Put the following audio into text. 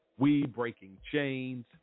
Webreakingchains